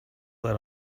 that